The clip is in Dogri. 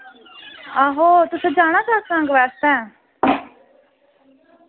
आहो तुसैं जाना सतसंग वास्तै